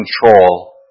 control